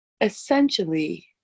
essentially